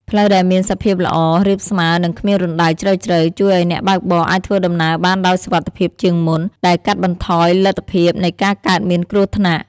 ផ្លូវដែលមានសភាពល្អ រាបស្មើ និងគ្មានរណ្តៅជ្រៅៗ ជួយឲ្យអ្នកបើកបរអាចធ្វើដំណើរបានដោយសុវត្ថិភាពជាងមុន ដែលកាត់បន្ថយលទ្ធភាពនៃការកើតមានគ្រោះថ្នាក់។